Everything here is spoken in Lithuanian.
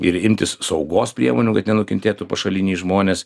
ir imtis saugos priemonių kad nenukentėtų pašaliniai žmonės